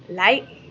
like